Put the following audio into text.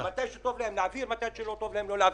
מתי שטוב להם הם מעבירים ומתי שלא טוב להם הם לא מעבירים.